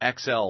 XL